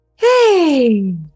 Hey